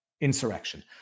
insurrection